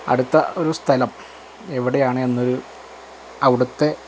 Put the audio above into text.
അടുത്ത ഒരു സ്ഥലം എവിടെയാണ് എന്നൊരു അവിടുത്തെ